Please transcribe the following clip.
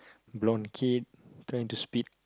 blonde kid trying to spit